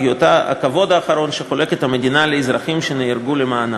בהיותה הכבוד האחרון שחולקת המדינה לאזרחים שנהרגו למענה.